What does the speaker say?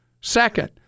Second